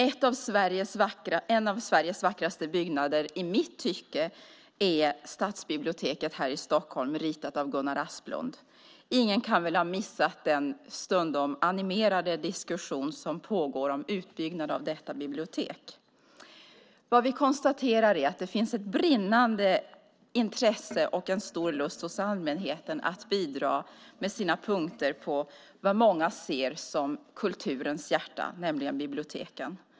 En av Sveriges, i mitt tycke, vackraste byggnader är stadsbiblioteket här i Stockholm, ritat av Gunnar Asplund. Ingen kan väl ha missat den stundom animerade diskussion som pågår om utbyggnad av detta bibliotek. Vi konstaterar att det finns ett brinnande intresse och en stor lust hos allmänheten att bidra med sina synpunkter på vad många ser som kulturens hjärta, nämligen biblioteken.